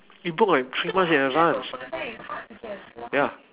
we book like three months in advance ya